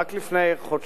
רק לפני חודשיים